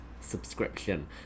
subscription